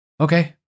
okay